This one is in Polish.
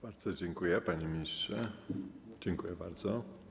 Bardzo dziękuję, panie ministrze, dziękuję bardzo.